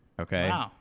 Okay